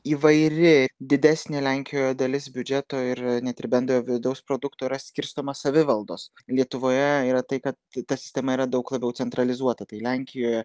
įvairi didesnė lenkijoj dalis biudžeto ir net ir bendrojo vidaus produkto yra skirstomos savivaldos lietuvoje yra tai kad ta sistema yra daug labiau centralizuota tai lenkijoje